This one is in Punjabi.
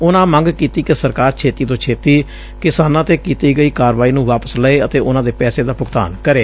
ਉਨਾਂ ਮੰਗ ਕੀਤੀ ਕਿ ਸਰਕਾਰ ਛੇਤੀ ਤੋਂ ਛੇਤੀ ਕਿਸਾਨਾਂ ਤੇ ਕੀਤੀ ਗਈ ਕਾਰਵਾਈ ਨੂੰ ਵਾਪਸ ਲਵੇ ਅਤੇ ਉਨਾਂ ਦੇ ਪੈਸੇ ਦਾ ਭੁਗਤਾਨ ਕਰੇ